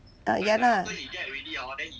ah ya lah